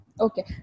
Okay